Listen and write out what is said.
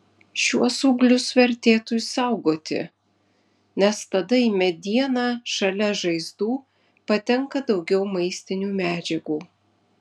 šiuos ūglius vertėtų išsaugoti nes tada į medieną šalia žaizdų patenka daugiau maistinių medžiagų